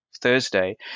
thursday